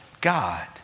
God